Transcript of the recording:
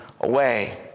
away